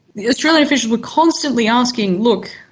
the australian officials were constantly asking, look,